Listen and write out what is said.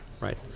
right